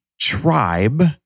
tribe